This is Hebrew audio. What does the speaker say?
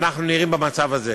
אנחנו נראים במצב הזה,